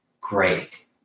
great